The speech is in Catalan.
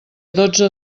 dotze